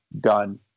done